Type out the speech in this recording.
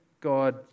God